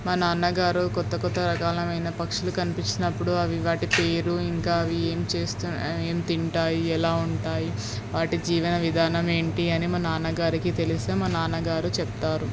మా నాన్న గారు కొత్త కొత్త రకాలైన పక్షులు కనిపించినప్పుడు అవి వాటి పేరు ఇంకా అవి ఏం చేస్తు ఏం తింటాయి ఎలా ఉంటాయి వాటి జీవన విధానం ఏంటి అని మా నాన్న గారికి తెలిస్తే మా నాన్నగారు చెప్తారు